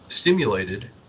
stimulated